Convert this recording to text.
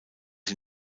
sie